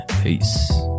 Peace